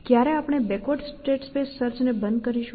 ક્યારે આપણે backward state space search ને બંધ કરશું